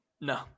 No